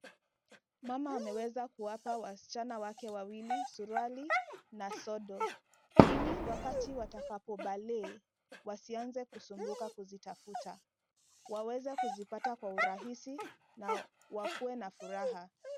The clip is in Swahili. Mama ameweza kuwapa wasichana wake wawili suruali na sodo ili wakati watakapo balehe wasianze kusumbuka kuzitafuta. Waweza kuzipata kwa urahisi na wakue na furaha.